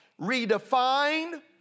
redefine